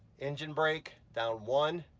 engine brake down one,